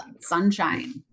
sunshine